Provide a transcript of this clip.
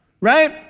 right